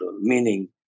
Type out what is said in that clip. meaning